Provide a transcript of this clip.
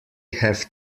have